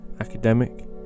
academic